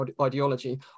ideology